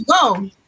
go